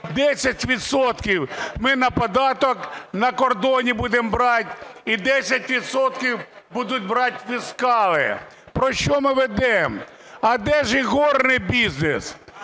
ми на податок на кордоні будемо брати і 10 відсотків будуть брати фіскали. Про що ми ведемо? А де ж ігорний бізнес?